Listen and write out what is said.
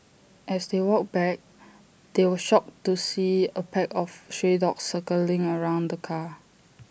as they walked back they were shocked to see A pack of stray dogs circling around the car